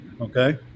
okay